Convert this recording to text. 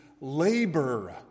labor